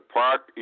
park